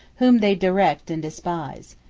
whom they direct and despise.